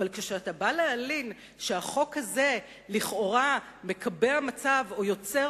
אבל כשאתה בא להלין שהחוק הזה לכאורה מקבע מצב או יוצר